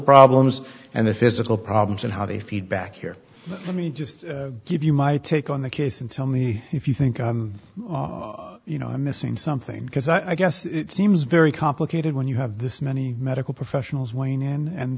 problems and the physical problems and how they feed back here let me just give you my take on the case and tell me if you think you know i'm missing something because i guess it seems very complicated when you have this many medical professionals w